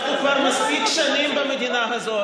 אנחנו כבר מספיק שנים במדינה הזאת.